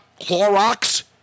Clorox